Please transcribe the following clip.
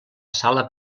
sala